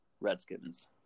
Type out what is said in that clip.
Redskins